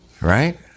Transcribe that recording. Right